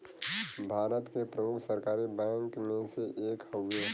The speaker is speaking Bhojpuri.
भारत के प्रमुख सरकारी बैंक मे से एक हउवे